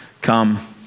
come